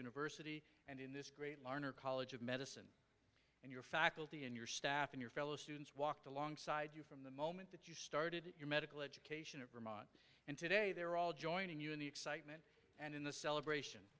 university and in this great learner college of medicine and your faculty and your staff and your fellow students walked alongside you from the moment that you started your medical education of vermont and today they're all joining you in the excitement and in the celebration